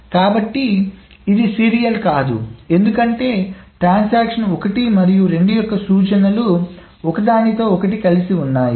కాబట్టి ఇది సీరియల్ కాదు ఎందుకంటే ట్రాన్సాక్షన్1 మరియు 2 యొక్క సూచనలు ఒకదానితో ఒకటి కలిసి ఉన్నాయి